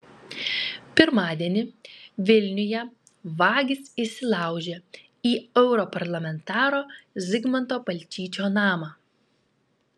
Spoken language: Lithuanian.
pirmadienį vilniuje vagys įsilaužė į europarlamentaro zigmanto balčyčio namą